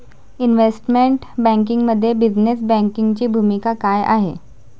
Investment बँकिंगमध्ये business बँकिंगची भूमिका काय आहे?